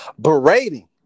Berating